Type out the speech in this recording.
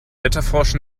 wetterfrosch